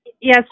Yes